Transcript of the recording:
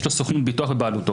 יש לו סוכנות ביטוח בבעלותו,